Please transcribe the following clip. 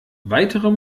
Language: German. weitere